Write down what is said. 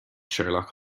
sherlock